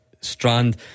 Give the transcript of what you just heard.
strand